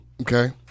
Okay